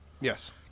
Yes